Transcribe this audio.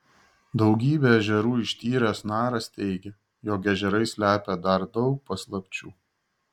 daugybę ežerų ištyręs naras teigia jog ežerai slepia dar daug paslapčių